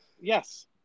Yes